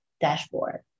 dashboard